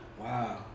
Wow